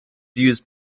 used